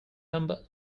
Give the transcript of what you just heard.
number